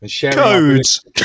Codes